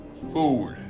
food